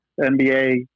NBA